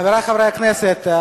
חברי חברי הכנסת,